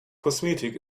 kosmetik